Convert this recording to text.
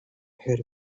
heard